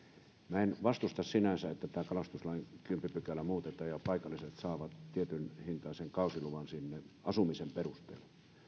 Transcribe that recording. en vastusta sinänsä sitä että kalastuslain kymmenes pykälä muutetaan ja paikalliset saavat tietyn hintaisen kausiluvan sinne asumisen perusteella